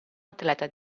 atleta